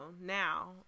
now